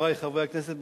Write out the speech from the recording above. חברי חברי הכנסת,